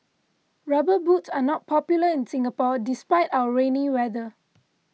rubber boots are not popular in Singapore despite our rainy weather